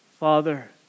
Father